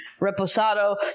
reposado